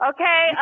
Okay